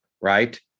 right